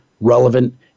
relevant